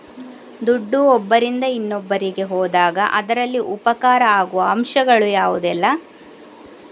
ದುಡ್ಡು ಒಬ್ಬರಿಂದ ಇನ್ನೊಬ್ಬರಿಗೆ ಹೋದಾಗ ಅದರಲ್ಲಿ ಉಪಕಾರ ಆಗುವ ಅಂಶಗಳು ಯಾವುದೆಲ್ಲ?